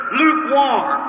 lukewarm